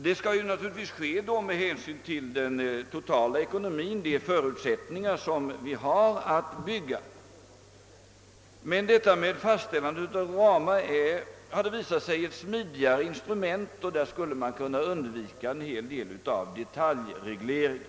Detta skulle naturligtvis ske med hänsyn till den totala ekonomin, våra förutsättningar att över huvud taget bygga. Fastställandet av ramar har dock visat sig vara ett smidigt instrument, och man skulle därigenom kunna undvika en hel del av detaljregleringar.